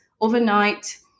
Overnight